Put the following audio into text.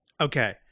Okay